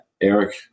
Eric